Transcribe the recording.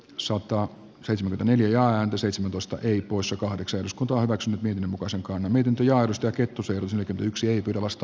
sotaa seitsemän neljä ääntä seitsemäntoista usa kahdeksan uskontoa hyväkseen pienen osan kone minkä johdosta kettusen näkemyksiä tulevasta